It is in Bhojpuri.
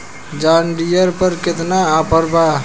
जॉन डियर पर केतना ऑफर बा?